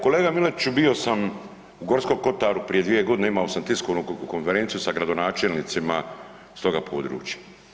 Kolega Miletiću, bio sam u Gorskom kotaru prije 2.g., imao sam tiskovnu konferenciju sa gradonačelnicima s toga područja.